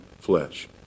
flesh